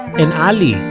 and ali,